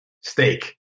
Steak